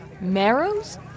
Marrows